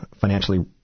financially